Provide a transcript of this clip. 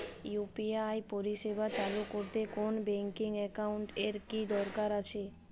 UPI পরিষেবা চালু করতে কোন ব্যকিং একাউন্ট এর কি দরকার আছে?